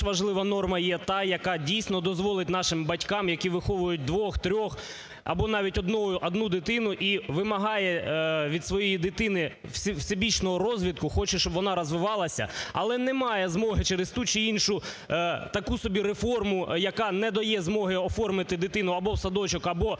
важлива норма є та, яка дійсно дозволить нашим батькам, які виховують двох, трьох або навіть одну дитину, і вимагає від своєї дитини всебічного розвитку, хоче, щоб вона розвивалася, але не має змоги через ту чи іншу таку собі реформу, яка не дає змоги оформити дитину або в садочок, або